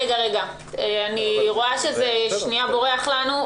אני רואה שהדיון קצת בורח לנו.